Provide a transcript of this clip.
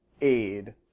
aid